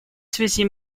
связи